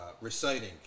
reciting